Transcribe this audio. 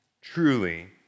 truly